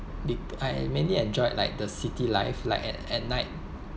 the I mainly enjoyed like the city life like at at night